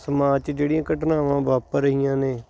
ਸਮਾਜ 'ਚ ਜਿਹੜੀਆਂ ਘਟਨਾਵਾਂ ਵਾਪਰ ਰਹੀਆਂ ਨੇ